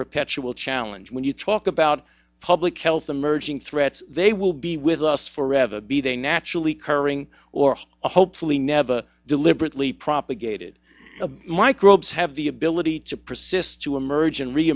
perpetual challenge when you talk about public health emerging threats they will be with us forever be they naturally currying or a hopefully never deliberately propagated microbes have the ability to persist to emerge and re